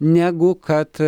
negu kad